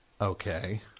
Okay